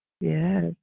Yes